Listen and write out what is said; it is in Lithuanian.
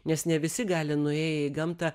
nes ne visi gali nuėję į gamtą